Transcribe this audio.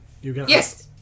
Yes